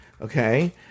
Okay